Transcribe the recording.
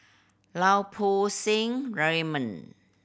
Lau Poo Seng Raymond